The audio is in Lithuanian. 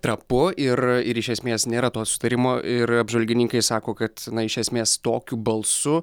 trapu ir ir iš esmės nėra to sutarimo ir apžvalgininkai sako kad na iš esmės tokiu balsu